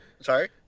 sorry